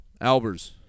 Albers